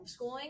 homeschooling